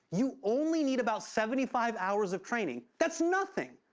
you only need about seventy five hours of training. that's nothing,